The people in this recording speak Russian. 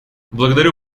благодарю